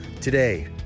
today